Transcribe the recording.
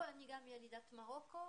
אני מתנצלת אבל אני לא אוכל לתת הרבה פרטים,